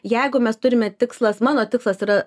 jeigu mes turime tikslas mano tikslas yra